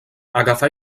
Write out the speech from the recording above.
agafà